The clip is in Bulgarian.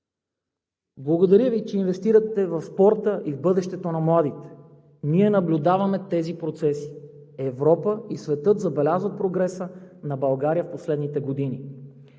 „Благодаря Ви, че инвестирате в спорта и в бъдещето на младите. Ние наблюдаваме тези процеси. Европа и светът забелязват прогреса на България в последните години.“